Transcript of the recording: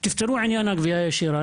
תפתרו את עניין הגבייה הישירה,